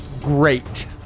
great